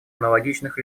аналогичных